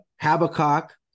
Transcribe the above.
Habakkuk